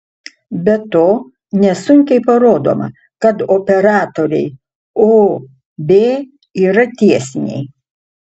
be to nesunkiai parodoma kad operatoriai o b yra tiesiniai